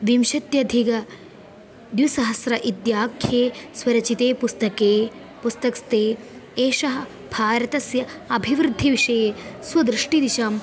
विंशत्यधिकद्विसहस्र इत्याख्ये स्वरचिते पुस्तके पुस्तके एषः भारतस्य अभिवृद्धिविषये स्वदृष्टिदिशाम्